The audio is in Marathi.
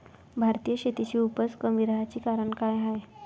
भारतीय शेतीची उपज कमी राहाची कारन का हाय?